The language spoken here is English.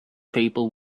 people